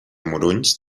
morunys